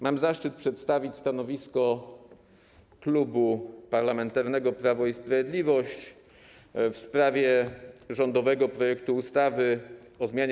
Mam zaszczyt przedstawić stanowisko Klubu Parlamentarnego Prawo i Sprawiedliwość wobec rządowego projektu ustawy o zmianie